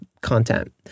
content